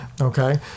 Okay